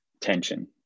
tension